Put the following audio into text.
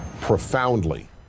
profoundly